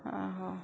आहां